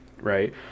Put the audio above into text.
Right